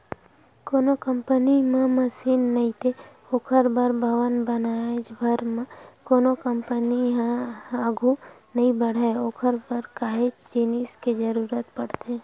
कोनो कंपनी म मसीन नइते ओखर बर भवन बनाएच भर म कोनो कंपनी मन ह आघू नइ बड़हय ओखर बर काहेच जिनिस के जरुरत पड़थे